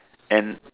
and